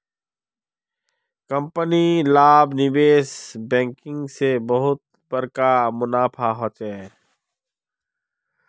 company लार निवेश banking से बहुत बड़का मुनाफा होचे